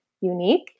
unique